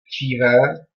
dříve